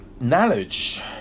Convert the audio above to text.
Knowledge